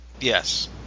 Yes